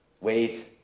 Wait